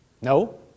No